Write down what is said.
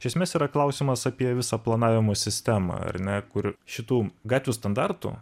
iš esmės yra klausimas apie visą planavimo sistemą ar ne kur šitų gatvių standartų